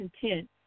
content